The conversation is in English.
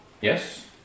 Yes